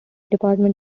department